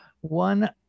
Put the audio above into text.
one